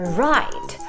right